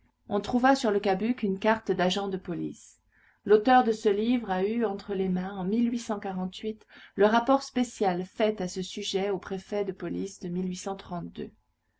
on trouva sur le cabuc une carte d'agent de police l'auteur de ce livre a eu entre les mains en le rapport spécial fait à ce sujet au préfet de police de